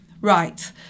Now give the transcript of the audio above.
Right